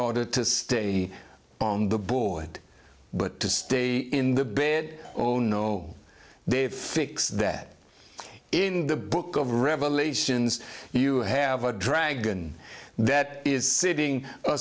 order to stay on the board but to stay in the bit oh no they fix that in the book of revelations you have a dragon that is sitting